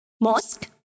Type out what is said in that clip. Mosque